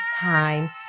time